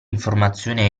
informazione